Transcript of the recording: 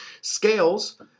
Scales